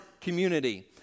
community